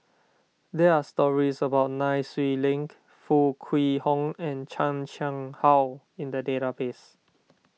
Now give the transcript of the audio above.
there are stories about Nai Swee Link Foo Kwee Horng and Chan Chang How in the database